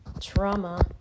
trauma